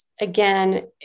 again